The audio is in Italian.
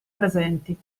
presenti